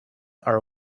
are